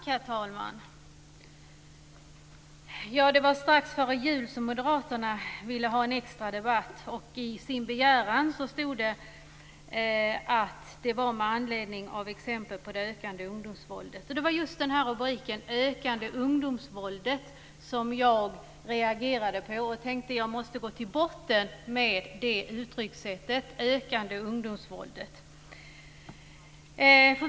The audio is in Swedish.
Herr talman! Det var strax före jul som moderaterna ville ha en extra debatt. Och i deras begäran stod det att det var med anledning av exempel på det ökande ungdomsvåldet. Det var just på grund av att det i rubriken stod det ökande ungdomsvåldet som jag reagerade. Jag tänkte då att jag måste gå till botten med detta uttryckssätt - det ökande ungdomsvåldet.